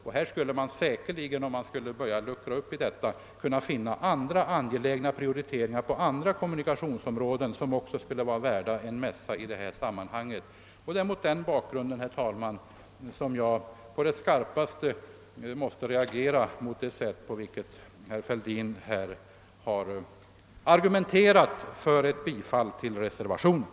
Men börjar man med en uppluckring här kan man säkerligen finna andra angelägna behov på detta område som också vore värda en mässa. Det är därför, herr talman, som jag på det skarpaste måste reagera mot det sätt på vilket herr Fälldin argumenterat för ett bifall till reservationen.